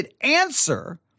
answer